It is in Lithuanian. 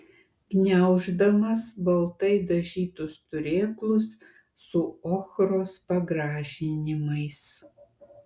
gniauždamas baltai dažytus turėklus su ochros pagražinimais